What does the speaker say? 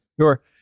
Sure